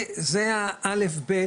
זה א',ב',